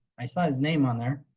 i saw his name on there.